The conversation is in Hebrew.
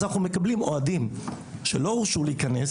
בצורה הזו אנחנו מקבלים אוהדים שלא הורשו להיכנס